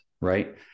right